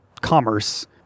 commerce